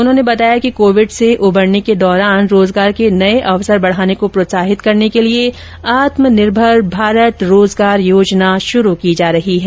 उन्होंने बताया कि कोविड से उबरने के दौरान रोजगार के नए अवसर बढ़ाने को प्रोत्साहित करने के लिए आत्मनिर्भर भारत रोजगार योजना की शुरू की जा रही है